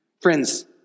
Friends